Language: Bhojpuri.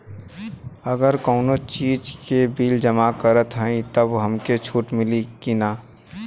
अगर कउनो चीज़ के बिल जमा करत हई तब हमके छूट मिली कि ना?